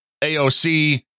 AOC